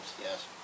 yes